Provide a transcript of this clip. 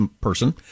person